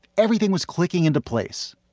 everything was clicking into place.